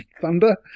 Thunder